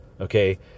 Okay